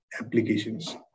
applications